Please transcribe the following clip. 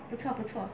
不错不错